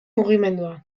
mugimendua